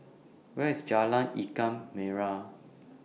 Where IS Jalan Ikan Merah